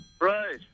Right